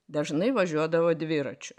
dažnai važiuodavo dviračiu